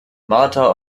martha